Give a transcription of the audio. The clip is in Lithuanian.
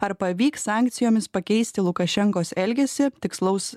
ar pavyks sankcijomis pakeisti lukašenkos elgesį tikslaus